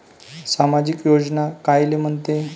सामाजिक योजना कायले म्हंते?